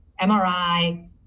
MRI